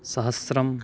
सहस्रम्